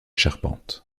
charpente